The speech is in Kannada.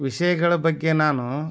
ವಿಷಯಗಳ ಬಗ್ಗೆ ನಾನು